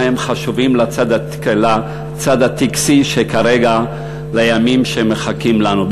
הם חשובים לצד הטקסי לימים שמחכים לנו,